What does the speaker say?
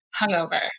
hungover